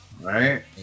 Right